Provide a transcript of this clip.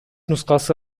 нускасы